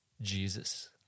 Jesus